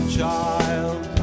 child